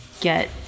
get